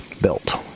built